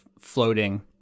floating